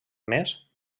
més